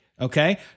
okay